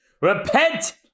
Repent